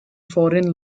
foreign